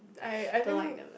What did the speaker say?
I I didn't